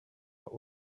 what